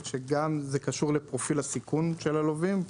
- שזה קשור גם לפרופיל הסיכון של הלווים,